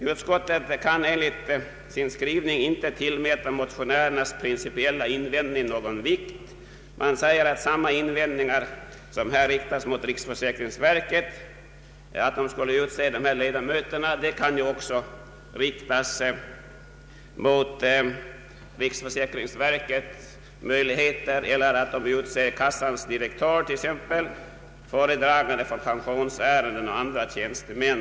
Utskottet kan enligt sin skrivning inte tillmäta motionärernas principiella invändning någon vikt. Man säger att samma invändning som här riktas mot riksförsäkringsverkets utseende av dessa ledamöter också kan riktas mot att verket utser kassans direktör som föredragande i pensionsärenden och för andra tjänstemän.